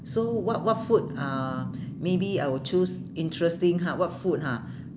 so what what food uh maybe I will choose interesting ha what food ha